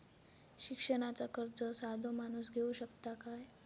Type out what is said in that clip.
शिक्षणाचा कर्ज साधो माणूस घेऊ शकता काय?